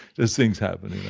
those things happen,